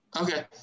Okay